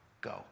go